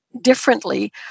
differently